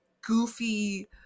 goofy